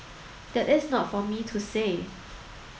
that is not for me to say